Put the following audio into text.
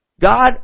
God